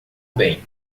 bem